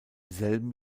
selben